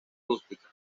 rústica